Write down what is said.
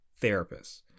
therapists